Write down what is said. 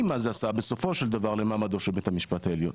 מה זה עשה בסופו של דבר למעמדו של בית המשפט העליון.